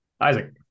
Isaac